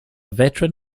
veteran